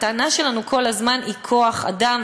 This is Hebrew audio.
והטענה שלנו כל הזמן היא כוח-אדם.